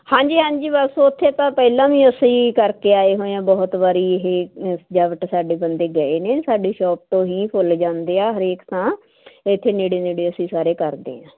ਹਾਂਜੀ ਹਾਂਜੀ ਬਸ ਉਥੇ ਤਾਂ ਪਹਿਲਾਂ ਵੀ ਅਸੀਂ ਕਰਕੇ ਆਏ ਹੋਏ ਆਂ ਬਹੁਤ ਵਾਰੀ ਇਹ ਸਜਾਵਟ ਸਾਡੇ ਬੰਦੇ ਗਏ ਨੇ ਸਾਡੇ ਸ਼ੋਪ ਤੋਂ ਹੀ ਫੁੱਲ ਜਾਂਦੇ ਆ ਹਰੇਕ ਥਾਂ ਇਥੇ ਨੇੜੇ ਨੇੜੇ ਅਸੀਂ ਸਾਰੇ ਕਰਦੇ ਆ